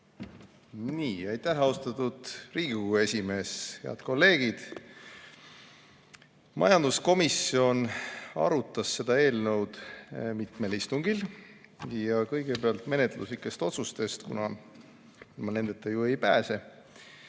jäi. Aitäh, austatud Riigikogu esimees! Head kolleegid! Majanduskomisjon arutas seda eelnõu mitmel istungil. Kõigepealt menetluslikest otsustest, kuna ilma nendeta ju ei pääse.